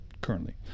currently